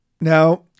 Now